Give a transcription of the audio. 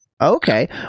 Okay